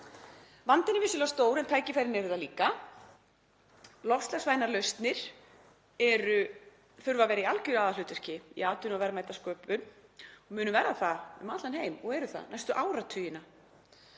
Vandinn er vissulega stór en tækifærin eru það líka. Loftslagsvænar lausnir þurfa að vera í algjöru aðalhlutverki í atvinnu- og verðmætasköpun og munu verða það um allan heim næstu áratugina.